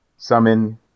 summon